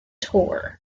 tor